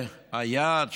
היעד,